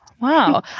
wow